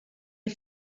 der